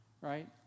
right